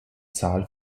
zahl